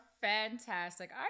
fantastic